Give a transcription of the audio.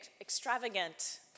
extravagant